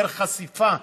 דרך חשיפה,